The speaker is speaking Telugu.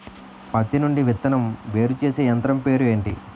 పత్తి నుండి విత్తనం వేరుచేసే యంత్రం పేరు ఏంటి